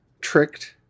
tricked